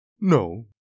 No